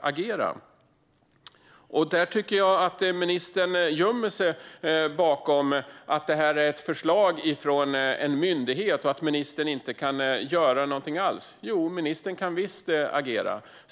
agera. Där tycker jag att ministern gömmer sig bakom att detta är ett förslag från en myndighet och att ministern inte kan göra något alls. Jo, ministern kan visst agera.